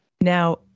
Now